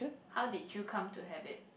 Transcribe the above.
how did you come to have it